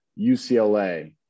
UCLA